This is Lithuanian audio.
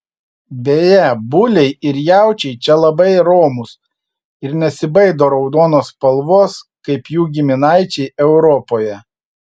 beje buliai ir jaučiai čia labai romūs ir nesibaido raudonos spalvos kaip jų giminaičiai europoje